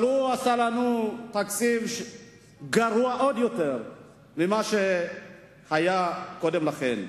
אבל הוא עשה לנו תקציב גרוע עוד יותר ממה שהיה קודם לכן.